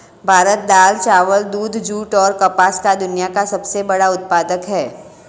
भारत दाल, चावल, दूध, जूट, और कपास का दुनिया का सबसे बड़ा उत्पादक है